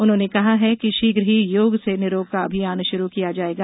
उन्होंने कहा है कि शीघ्र ही योग से निरोग का अभियान शुरू किया जाएगा